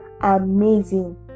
amazing